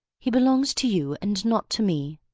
he belongs to you and not to me.